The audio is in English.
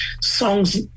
songs